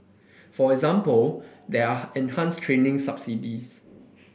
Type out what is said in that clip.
for example there are enhanced training subsidies